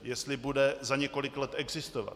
Jestli bude za několik let existovat.